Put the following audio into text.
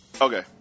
Okay